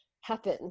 happen